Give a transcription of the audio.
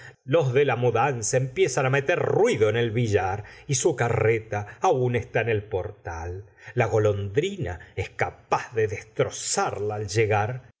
los de la mudanza empiezan á meter ruido en el billar y su carreta aún está en el portal la golondrina es capaz de destrozarla al llegar